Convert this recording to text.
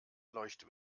leuchte